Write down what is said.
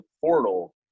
portal